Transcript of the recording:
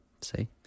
See